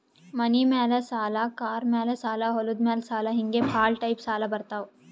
ಮನಿ ಮ್ಯಾಲ ಸಾಲ, ಕಾರ್ ಮ್ಯಾಲ ಸಾಲ, ಹೊಲದ ಮ್ಯಾಲ ಸಾಲ ಹಿಂಗೆ ಭಾಳ ಟೈಪ್ ಸಾಲ ಬರ್ತಾವ್